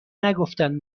نگفتن